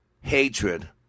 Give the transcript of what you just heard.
Hatred